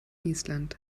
island